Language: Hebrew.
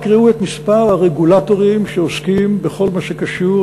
רק ראו את מספר הרגולטורים שעוסקים בכל מה שקשור,